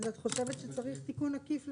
אני רק חושבת שצריך תיקון עקיף לחוק.